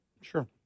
sure